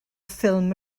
ffilm